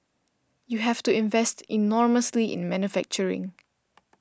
you have to invest enormously in manufacturing